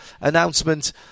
announcement